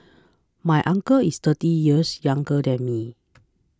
my uncle is thirty years younger than me